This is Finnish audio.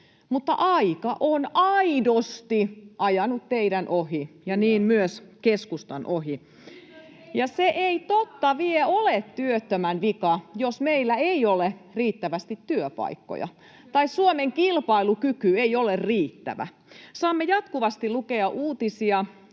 aika on aidosti ajanut teidän ohitsenne ja niin myös keskustan ohi. Se ei totta vie ole työttömän vika, jos meillä ei ole riittävästi työpaikkoja tai Suomen kilpailukyky ei ole riittävä. Saamme jatkuvasti lukea uutisia,